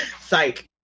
psych